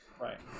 Right